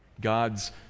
God's